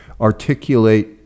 articulate